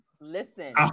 Listen